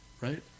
right